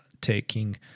taking